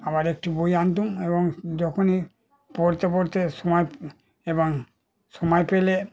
আবার একটি বই আনতাম এবং যখনই পড়তে পড়তে সময় এবং সময় পেলে